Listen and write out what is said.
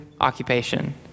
occupation